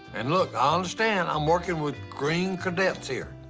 and, look, i understand i'm working with green cadets here.